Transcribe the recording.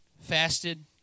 fasted